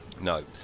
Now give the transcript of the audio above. no